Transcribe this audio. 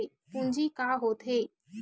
पूंजी का होथे?